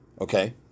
okay